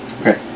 Okay